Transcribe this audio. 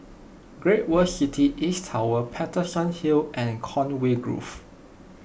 Great World City East Tower Paterson Hill and Conway Grove